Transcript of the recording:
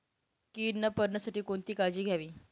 कीड न पडण्यासाठी कोणती काळजी घ्यावी?